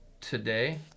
today